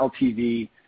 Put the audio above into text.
LTV